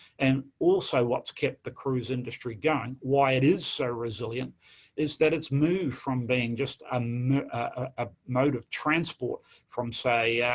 and also what's kept the cruise industry going, why it is so resilient is that it's moved from being just a mode ah mode of transport from, say, yeah